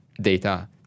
data